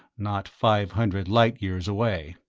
not five hundred light-years away.